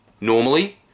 normally